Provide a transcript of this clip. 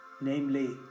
namely